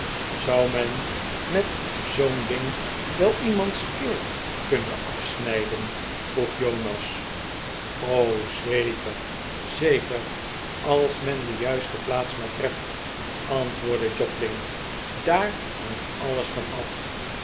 zou men met zoo'n ding wel iemands keel kunnen afsnijden vroeg jonas r o zeker zeker als men de juiste plaats maar treft antwoordde jobling daar hangt alles van af